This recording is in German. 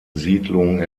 siedlung